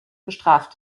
bestraft